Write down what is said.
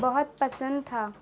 بہت پسند تھا